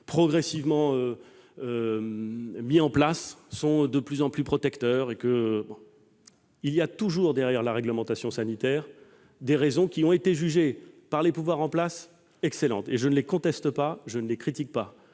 progressivement mis en place sont de plus en plus protecteurs. On trouve toujours derrière la réglementation sanitaire des considérations qui ont été jugées par les pouvoirs en place excellentes, et je ne les conteste pas. J'observe que